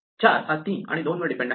4 हा 3 आणि 2 वर डिपेंड आहे